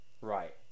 Right